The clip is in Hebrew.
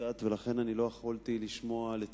ולכן לא יכולתי לשמוע, לצערי,